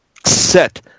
Set